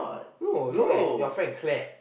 no look at your friend Claire